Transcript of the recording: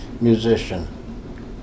musician